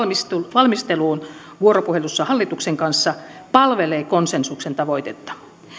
valmisteluun vuoropuhelussa hallituksen kanssa palvelee konsensuksen tavoitetta